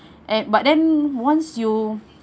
and but then once you